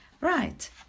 Right